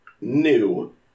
New